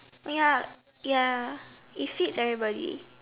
ya ya it feeds everybody